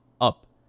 up